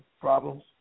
problems